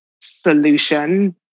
solution